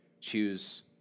choose